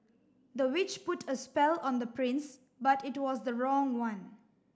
the witch put a spell on the prince but it was the wrong one